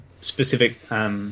specific